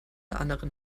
anderen